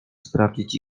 sprawdzić